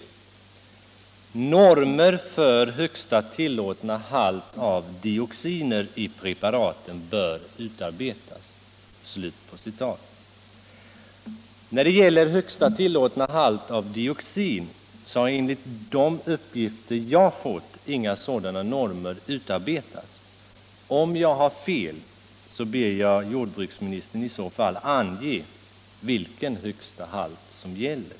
Normer för högsta tillåtna halt av dioxiner i preparaten bör utarbetas.” När det gäller högsta tillåtna halt av dioxin har enligt de uppgifter jag fått inga normer utarbetats. Om jag har fel, ber jag jordbruksministern i så fall ange vilken högsta halt som gäller.